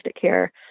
care